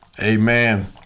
Amen